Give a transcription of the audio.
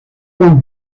con